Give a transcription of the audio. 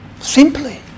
Simply